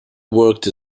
worked